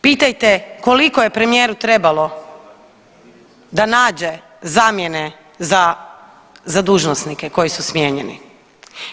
Pitajte koliko je premijeru trebalo da nađe zamjene za dužnosnike koji su smijenjeni.